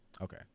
okay